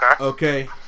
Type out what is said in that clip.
Okay